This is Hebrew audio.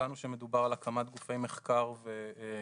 מצאנו שמדובר על הקמת גופי מחקר וייעוץ